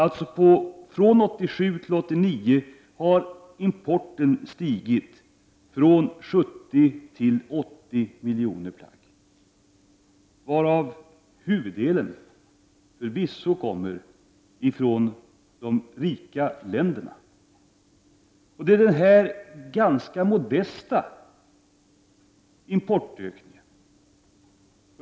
Från 1987 till 1989 har importen alltså stigit från 70 miljoner till 80 miljoner plagg, och huvuddelen av denna import kommer förvisso från de rika länderna. Det är alltså fråga om en ganska modest importökning.